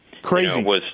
Crazy